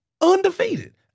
undefeated